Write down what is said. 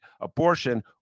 abortion